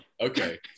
Okay